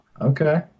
okay